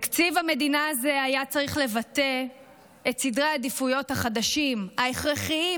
תקציב המדינה הזה היה צריך לבטא את סדרי העדיפויות החדשים ההכרחיים,